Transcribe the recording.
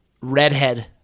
Redhead